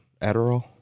Adderall